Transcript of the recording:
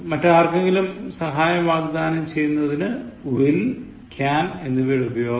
മറ്റാർക്കെങ്കിലും സഹായം വാഗ്ദാനം ചെയ്യുന്നതിന് will canഎന്നിവയുടെ ഉപയോഗം